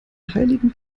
heiligen